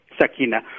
Sakina